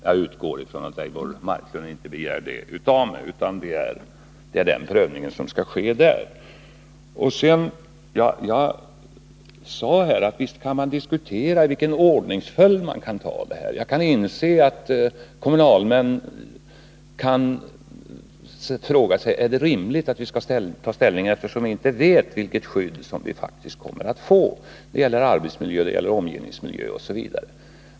Jag utgår ifrån att Eivor Marklund inte begär detta av mig. Jag sade att man givetvis kan diskutera ordningsföljden. Jag inser att kommunalmän kan fråga sig: Är det rimligt att vi skall ta ställning, när vi inte vet vilket skydd vi faktiskt kommer att få då det gäller arbetsmiljö, omgivningsmiljö osv.?